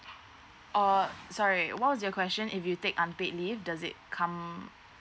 oh sorry what was your question if you take unpaid leave does it come